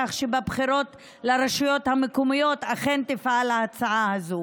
כך שבבחירות לרשויות המקומיות ההצעה הזו